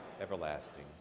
everlasting